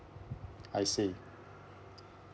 I see